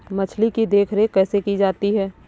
मछली की देखरेख कैसे की जाती है?